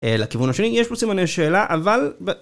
לכיוון השני, יש פה סימני שאלה, אבל...